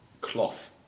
cloth